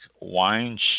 wine